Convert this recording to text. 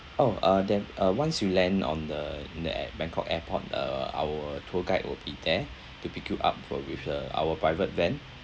orh uh then uh once you land on the the at bangkok airport uh our tour guide will be there to pick you up for with uh our private van